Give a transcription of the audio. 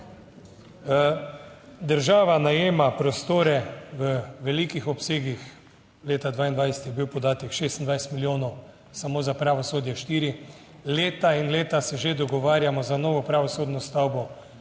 Država najema prostore v velikih obsegih. Leta 2022 je bil podatek 26 milijonov samo za pravosodje. Štiri leta in leta se že dogovarjamo za novo pravosodno stavbo,